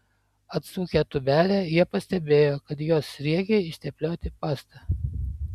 atsukę tūbelę jie pastebėjo kad jos sriegiai išteplioti pasta